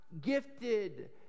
gifted